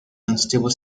unstable